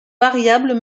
variables